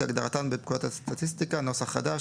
כהגדרתן בפקודת הסטטיסטיקה (נוסח חדש),